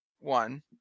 One